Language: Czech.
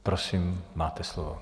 Prosím, máte slovo.